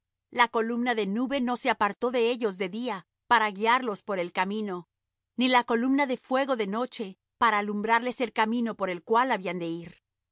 la columna de nube no se apartó de ellos de día para guiarlos por el camino ni la columna de fuego de noche para alumbrarles el camino por el cual habían de ir y